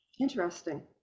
Interesting